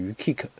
kick，